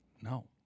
No